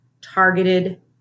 targeted